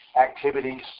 activities